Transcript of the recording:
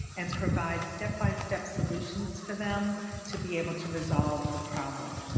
and provide step-by-step solutions for them to be able to resolve the problem.